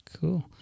Cool